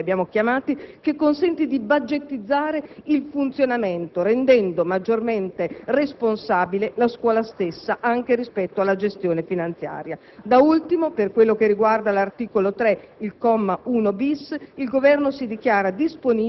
attraverso i due grandi capitoli (che noi abbiamo chiamato capitoloni), di "budgettizzare" il funzionamento rendendo maggiormente responsabile la scuola stessa anche rispetto alla gestione finanziaria. Da ultimo, per quel che riguarda l'articolo 3,